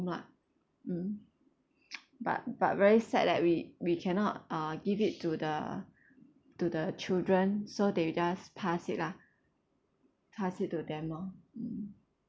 ah mm but but very sad that we we cannot uh give it to the to the children so they just pass it lah pass it to them loh mm